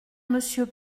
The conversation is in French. monsieur